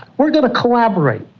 we're going to collaborate,